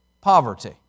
poverty